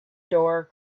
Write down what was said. door